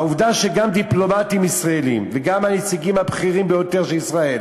העובדה היא שגם דיפלומטים ישראלים וגם הנציגים הבכירים ביותר של ישראל